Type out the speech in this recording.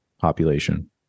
population